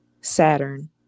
Saturn